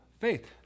faith